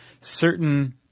certain